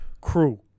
crew